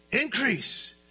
Increase